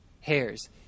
hairs